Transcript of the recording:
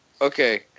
Okay